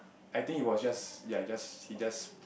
I think he was just ya just he just